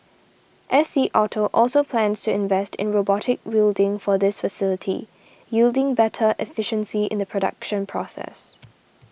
S C Auto also plans to invest in robotic welding for this facility yielding better efficiency in the production process